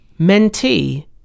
mentee